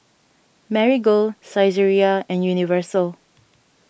Marigold Saizeriya and Universal